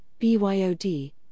BYOD